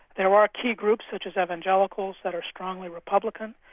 there are key groups which is evangelicals that are strongly republican,